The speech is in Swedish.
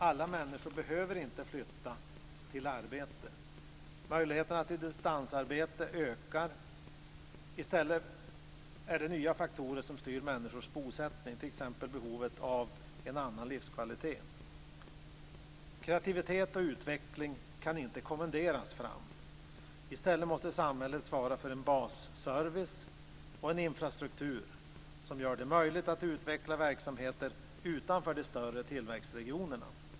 Alla människor behöver inte flytta till arbete. Möjligheterna till distansarbete ökar. I stället är det nya faktorer som styr människors bosättning, t.ex. behovet av en annan livskvalitet. Kreativitet och utveckling kan inte kommenderas fram. I stället måste samhället svara för en basservice och en infrastruktur som gör det möjligt att utveckla verksamheter utanför de större tillväxtregionerna.